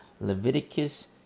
Leviticus